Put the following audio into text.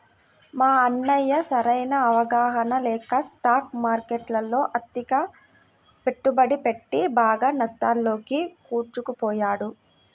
మా అన్నయ్య సరైన అవగాహన లేక స్టాక్ మార్కెట్టులో అతిగా పెట్టుబడి పెట్టి బాగా నష్టాల్లోకి కూరుకుపోయాడు